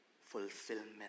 fulfillment